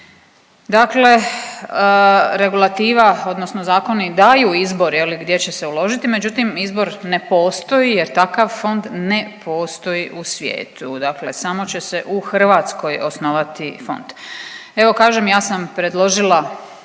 Dakle regulativa odnosno zakoni daju izbor je li gdje će se uložiti, međutim izbor ne postoji jer takav fond ne postoji u svijetu, dakle samo će se u Hrvatskoj osnovati fond. Evo kažem ja sam predložila